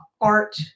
art